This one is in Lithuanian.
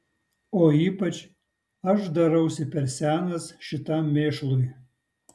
o ypač aš darausi per senas šitam mėšlui